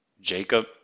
Jacob